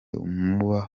umuba